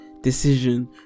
decision